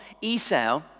Esau